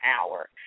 hour